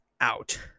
out